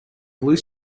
blue